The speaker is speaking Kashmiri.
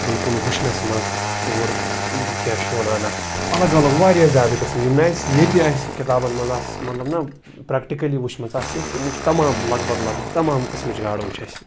بلکُل وٕچھنَس منٛز اور کیٛاہ چھُ وَنان اَتھ الگ الگ واریاہ زیادٕ قٕسٕم یِم نہٕ اَسہِ ییٚتہِ اَسہِ کِتابَن منٛز آسہٕ مطلب نا پرٛٮ۪کٹِکٔلی وٕچھمَژٕ آسہٕ کینٛہہ تِم وٕچھ تمام لگ بگ لگ بگ تمام قٕسمٕچ گاڈٕ وٕچھ اَسہِ